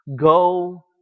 Go